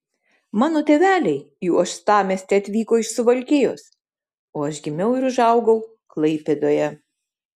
mano tėveliai į uostamiestį atvyko iš suvalkijos o aš gimiau ir užaugau klaipėdoje